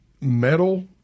metal